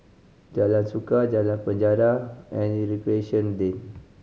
Jalan Suka Jalan Penjara and Recreation Lane